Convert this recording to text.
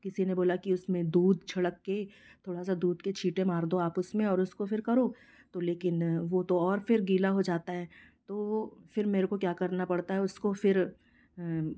किसी ने बोला कि उसमें दूध छिड़क के थोड़ा सा दूध के छींटे मार दो आप उसमें और उसको फिर करो तो लेकिन वो तो और फिर गीला हो जाता है तो फिर मेरे को क्या करना पड़ता है उसको फिर